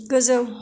गोजौ